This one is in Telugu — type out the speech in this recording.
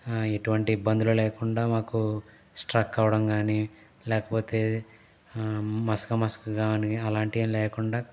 ఆ ఎటువంటి ఇబ్బందులు లేకుండా మాకు స్ట్రక్ అవ్వడం కాని లేకపోతే ఆ మసక మసక కాని అలాంటివి ఏమి లేకుండా